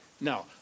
Now